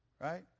right